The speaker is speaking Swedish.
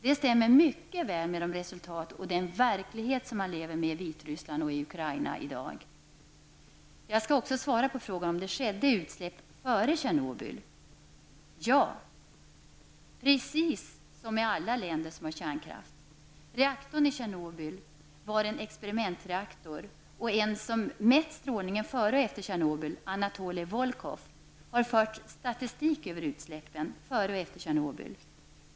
Detta stämmer mycket väl med de resultat och den verklighet som man lever med i Jag skall också svara på frågan om det skedde utsläpp före Tjernobyl. Ja, precis som i alla länder som har kärnkraft. Reaktorn i Tjernobyl var en experimentreaktor. En person som har mätt strålningen före och efter Tjernobyl, Anatoli Volkov, har fört statistik över utsläppen före och efter Tjernobyl.